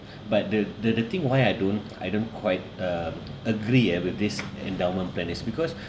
but the the the thing why I don't I don't quite uh agree ah with this endowment plan is because